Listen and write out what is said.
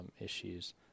issues